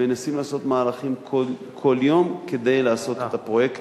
מנסים לעשות מהלכים כל יום כדי לעשות את הפרויקט